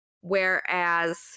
whereas